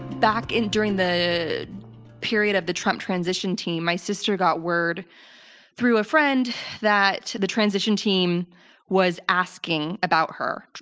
back and during the period of the trump transition team, my sister got word through a friend that the transition team was asking about her.